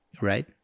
right